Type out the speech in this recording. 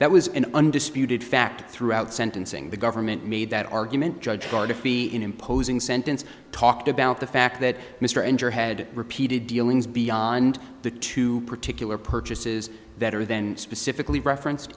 that was an undisputed fact throughout sentencing the government made that argument judge toward a fee in imposing sentence talked about the fact that mr and your head repeated dealings beyond the two particular purchases that are then specifically referenced